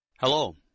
Hello